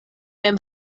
mem